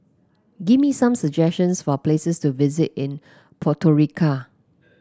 give me some suggestions for places to visit in Podgorica